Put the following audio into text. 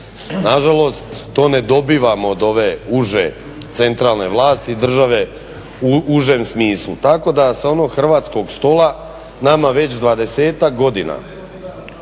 na žalost to ne dobivamo od ove uže centralne vlasti države u užem smislu, tako da sa onog hrvatskog stola nama već 20-ak godina